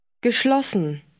Geschlossen